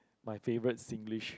my favourite Singlish